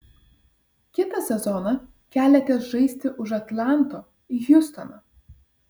kitą sezoną keliatės žaisti už atlanto į hjustoną